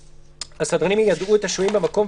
הסדרנים יידעו את השוהים במקום,